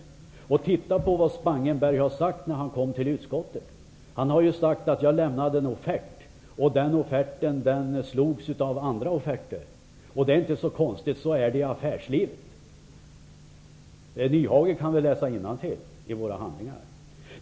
Titta på vad Spangenberg har sagt när han kommit till utskottet! Han har sagt att han lämnade en offert och att den offerten slogs av andra offerter. Det är inte så konstigt. Så är det i affärslivet. Nyhage kan väl läsa innantill i våra handlingar.